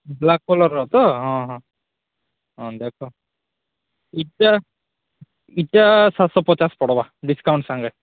black କଲରର ତ ହଁ ହଁ ହଁ ଦେଖ ଇଟା ଇଟା ସାତଶହ ପଚାଶ ପଡ଼ବା ଡିସକାଉଣ୍ଟ୍ ସାଙ୍ଗେ